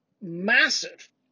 massive